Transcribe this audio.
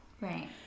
Right